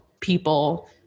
people